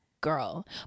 Girl